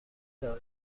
دقیق